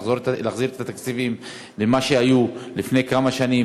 להחזיר את התקציבים למה שהיה לפני כמה שנים?